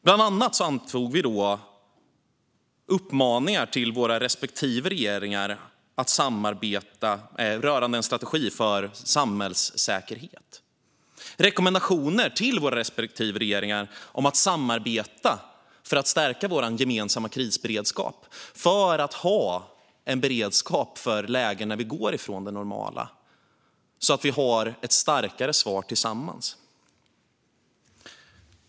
Bland annat antog vi då uppmaningar till våra respektive regeringar om att samarbeta rörande en strategi för samhällssäkerhet och rekommendationer till våra respektive regeringar om att samarbeta för att stärka vår gemensamma krisberedskap i syfte att ha beredskap för lägen där vi går från det normala och ha ett starkare svar tillsammans.